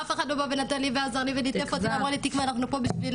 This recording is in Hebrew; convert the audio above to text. אף אחד לא נתן לי ועזר לי וליטף אותי ואמר לי תקווה אנחנו פה בשבילך,